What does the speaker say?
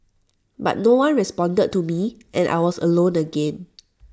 but no one responded to me and I was alone again